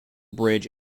bridge